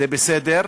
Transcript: זה בסדר,